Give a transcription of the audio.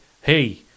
hey